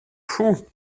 fou